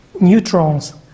neutrons